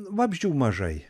vabzdžių mažai